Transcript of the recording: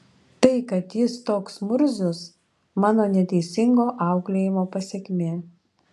tai kad jis toks murzius mano neteisingo auklėjimo pasekmė